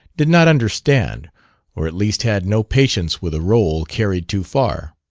did not understand or at least had no patience with a role carried too far.